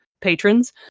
patrons